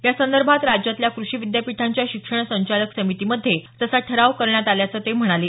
यासंदर्भात राज्यातल्या कृषी विद्यापीठांच्या शिक्षण संचालक समितीमध्ये तसा ठराव करण्यात आल्याचं ते म्हणाले